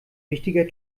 wichtiger